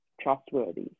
trustworthy